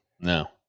No